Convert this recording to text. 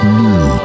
new